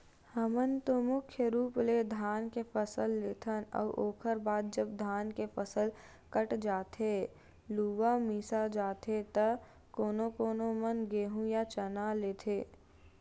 हमन तो मुख्य रुप ले धान के फसल लेथन अउ ओखर बाद जब धान के फसल कट जाथे लुवा मिसा जाथे त कोनो कोनो मन गेंहू या चना लेथे